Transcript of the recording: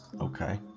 okay